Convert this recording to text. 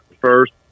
first